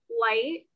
light